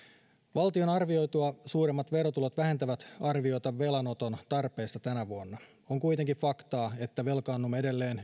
valtion arvioitua suuremmat verotulot vähentävät arviota velanoton tarpeesta tänä vuonna on kuitenkin faktaa että velkaannumme edelleen